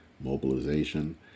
mobilization